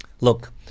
Look